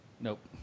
Nope